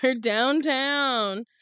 downtown